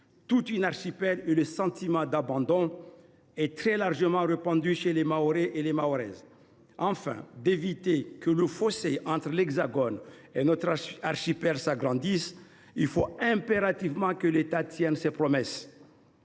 tout notre archipel, et le sentiment d’abandon est très largement répandu chez les Mahoraises et Mahorais. Afin d’éviter que le fossé entre l’Hexagone et notre archipel ne s’agrandisse, il faut impérativement que l’État tienne ses promesses.